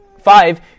Five